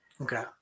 okay